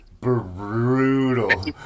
brutal